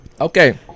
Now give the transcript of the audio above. Okay